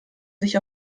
sich